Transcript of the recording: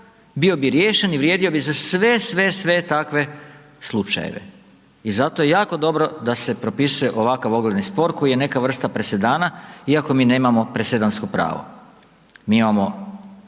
bio bi riješen i vrijedio bi za sve, sve takve slučajeve. I zato je jako dobro da se propisuje ovakav ogledni spor, koji je neka vrsta presedana, iako mi nemamo presedansko pravo, mi imao